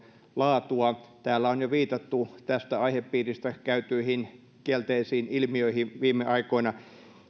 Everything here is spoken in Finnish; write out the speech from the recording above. laatua täällä on jo viitattu tästä aihepiiristä viime aikoina läpikäytyihin kielteisiin ilmiöihin